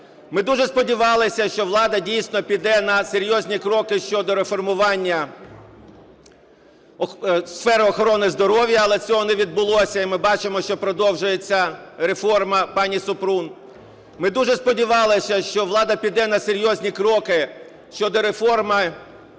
Ми дуже сподівалися, що влада дійсно піде на серйозні кроки щодо реформування сфери охорони здоров'я, але цього не відбулося. І ми бачимо, що продовжується реформа пані Супрун. Ми дуже сподівалися, що влада піде на серйозні кроки щодо реформи